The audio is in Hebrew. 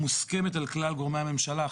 מוסכמת על כלל גורמי הממשלה,